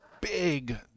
big